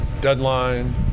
deadline